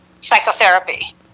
psychotherapy